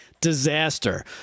Disaster